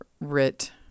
writ